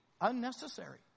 unnecessary